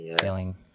feeling